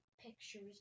pictures